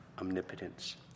omnipotence